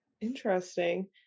Interesting